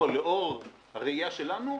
או לאור הראייה שלנו,